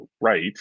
right